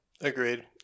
Agreed